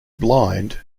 blind